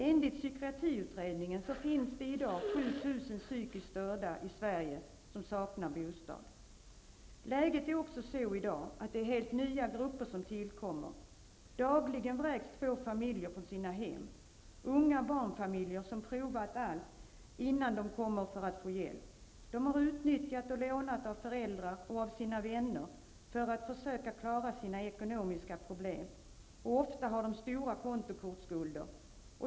Enligt psykiatriutredningen finns det i dag i Sverige 7 000 Läget är också så i dag, att helt nya grupper tillkommer. Dagligen vräks två familjer från sina hem. Unga barnfamiljer prövar allt innan de går för att få hjälp. De utnyttjar och lånar av föräldrar och vänner för att försöka klara sina ekonomiska problem. Ofta har de stora kontokortsskulder.